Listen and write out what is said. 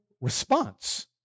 response